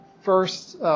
first